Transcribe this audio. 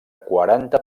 quaranta